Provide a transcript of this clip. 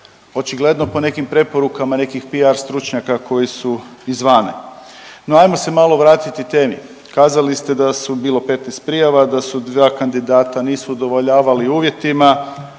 Očigledno po nekim preporukama nekih PR stručnjaka koji su izvana. No, ajmo se malo vratiti temi. Kazali ste da su bile 15 prijava, da su 2 kandidata nisu udovoljavali uvjetima,